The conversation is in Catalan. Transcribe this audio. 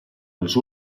els